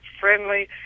friendly